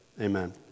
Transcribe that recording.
amen